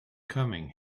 coming